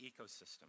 ecosystem